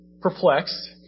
perplexed